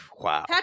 wow